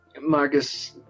Margus